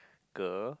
girl